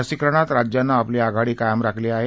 लसीकरणात राज्यानं आपली आघाडी कायम राखली आहे